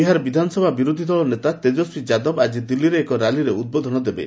ବିହାର ବିଧାନସଭା ବିରୋଧୀଦଳ ନେତା ତେଜସ୍ୱୀ ଯାଦବ ଆଜି ଦିଲ୍ଲୀରେ ଏକ ର୍ୟାଲିରେ ଉଦ୍ବୋଧନ ଦେବେ